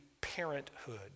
parenthood